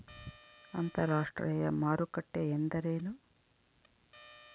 ಅಂತರಾಷ್ಟ್ರೇಯ ಮಾರುಕಟ್ಟೆ ಎಂದರೇನು?